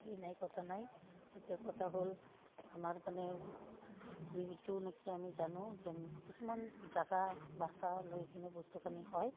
ই নাই কটা নাই এতিয়া কটা হ'ল আমাৰ মানে যিটো নেকি আমি জানো যেন কিছুমান জেগা বচা লৈ কিনি বস্তুখিনি হয়